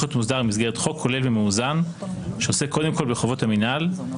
להיות מוסדר במסגרת חוק כולל ומאוזן שעוסק קודם כל בחובות המינהל